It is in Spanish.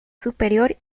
superior